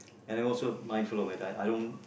and I also mindful of my diet I don't